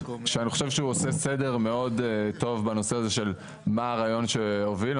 שאני חושב שהוא עושה סדר מאוד טוב בנושא הזה של מה הרעיון שהוביל,